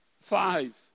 Five